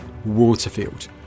waterfield